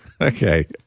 Okay